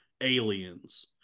aliens